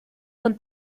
con